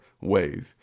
ways